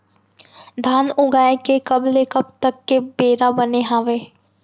धान उगाए के कब ले कब तक के बेरा बने हावय?